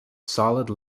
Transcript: solid